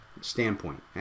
standpoint